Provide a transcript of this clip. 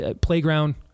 playground